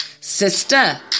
Sister